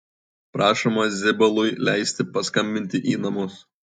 prašoma zibalui leisti paskambinti į namus